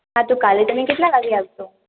હા તો કાલે તમે કેટલા વાગે આવશો